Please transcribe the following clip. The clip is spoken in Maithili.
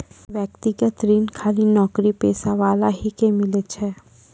व्यक्तिगत ऋण खाली नौकरीपेशा वाला ही के मिलै छै?